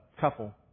couple